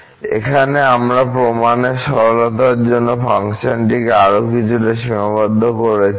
কিন্তু এখানে আমরা প্রমাণের সরলতার জন্য ফাংশনটিকে আরও কিছুটা সীমাবদ্ধ করেছি